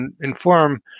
inform